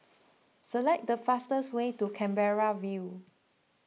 select the fastest way to Canberra View